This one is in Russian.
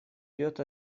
идет